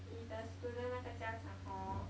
if the student 那个家长 hor